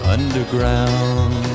Underground